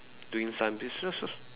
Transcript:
doing some businesses